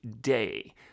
day